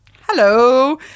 hello